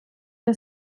the